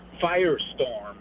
firestorm